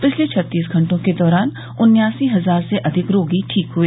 पिछले छत्तीस घंटों के दौरान उन्यासी हजार से अधिक रोगी ठीक हए